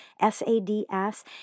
S-A-D-S